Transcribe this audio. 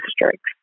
districts